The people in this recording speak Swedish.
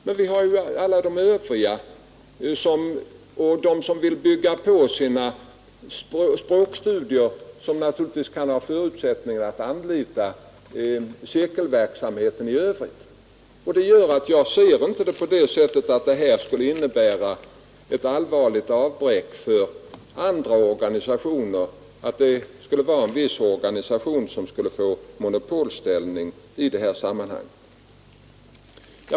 Men vi har alla de övriga och de som vill bygga på språkstudierna, vilka naturligtvis kan ha förutsättningar att anlita cirkelverksamheten i övrigt. Detta gör att jag inte ser saken så, att det här skulle innebära ett allvarligt avbräck för andra organisationer och att en viss organisation skulle få monopolställning.